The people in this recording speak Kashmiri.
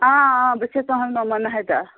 آ آ بہٕ چہِس تِہٕنٛز مَما ناہِدا